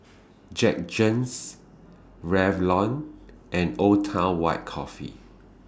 Jergens Revlon and Old Town White Coffee